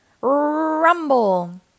RUMBLE